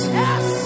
yes